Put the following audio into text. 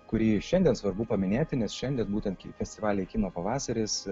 kurį šiandien svarbu paminėti nes šiandien būtent į festivalį kino pavasaris